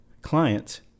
clients